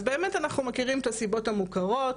אז באמת אנחנו מכירות את הסיבות המוכרות,